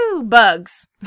Bugs